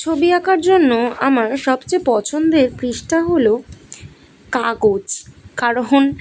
ছবি আঁকার জন্য আমার সবচেয়ে পছন্দের পৃষ্ঠা হলো কাগজ কারণ